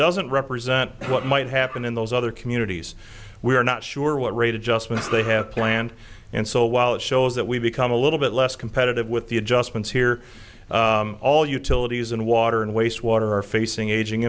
doesn't represent what might happen in those other communities we are not sure what rate adjustments they have planned and so while it shows that we've become a little bit less competitive with the adjustments here all utilities and water and wastewater are facing aging